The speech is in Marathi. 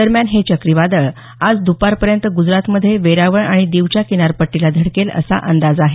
दरम्यान हे चक्रीवादळ आज दुपारपर्यंत ग्जरातमध्ये वेरावळ आणि दीवच्या किनारपट्टीला धडकेल असा अंदाज आहे